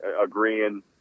agreeing